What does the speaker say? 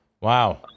Wow